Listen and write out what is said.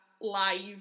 live